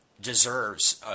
deserves